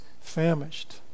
famished